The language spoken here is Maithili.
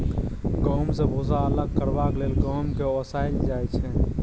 गहुँम सँ भुस्सा अलग करबाक लेल गहुँम केँ ओसाएल जाइ छै